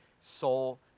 soul